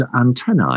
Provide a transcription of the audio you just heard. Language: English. antennae